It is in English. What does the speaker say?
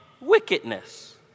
wickedness